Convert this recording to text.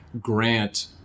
grant